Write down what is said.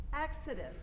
Exodus